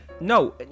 no